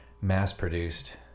mass-produced